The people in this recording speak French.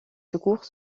secours